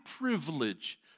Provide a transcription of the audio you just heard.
privilege